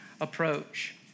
approach